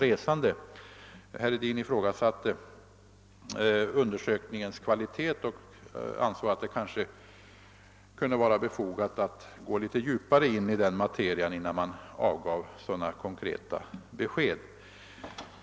Herr Hedin ifrågasatte undersökningens kvalitet och ansåg att det kanske vore befogat att gå något djupare in i denna materia innan man avgav så konkreta besked.